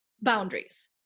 boundaries